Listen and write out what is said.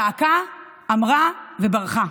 צעקה, אמרה וברחה.